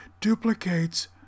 duplicates